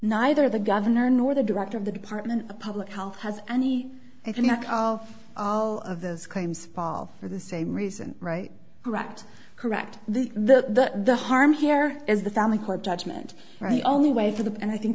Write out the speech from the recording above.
neither the governor nor the director of the department of public health has any if any of those claims for the same reason right correct correct the the the harm here is the family court judgement right only way for them and i think